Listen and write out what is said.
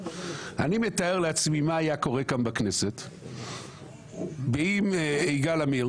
אני מתאר לעצמי מה היה קורה כאן בכנסת אם יגאל עמיר